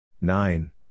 Nine